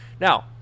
Now